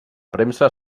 premsa